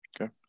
Okay